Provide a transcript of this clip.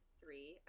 three